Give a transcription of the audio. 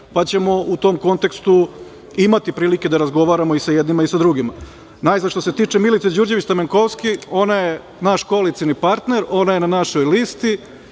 pa ćemo u tom kontekstu imati prilike da razgovaramo i sa jednima i sa drugima. Najzad, što se tiče Milice Đurđević Stamenkovski, ona je naš koalicioni partner, ona je našoj listi.